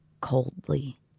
coldly